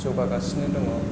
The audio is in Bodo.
जौगागासिनो दङ